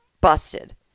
busted